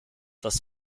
das